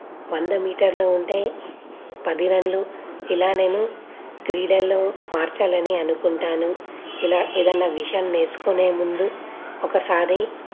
వంద మీటర్ల ఉంటే పది రన్లు ఇలా నేను క్రీడల్లో మార్చాలని అనుకుంటాను ఇలా ఏదైనా విషయం నేర్చుకొనే ముందు ఒకసారి